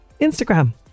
Instagram